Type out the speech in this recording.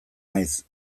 naiz